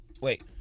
Wait